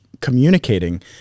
communicating